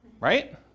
right